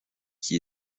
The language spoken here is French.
qui